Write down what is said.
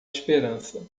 esperança